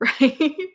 right